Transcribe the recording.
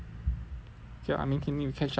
okay I really think I need to catch up